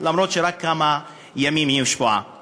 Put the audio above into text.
אפילו שרק לפני כמה ימים היא הושבעה.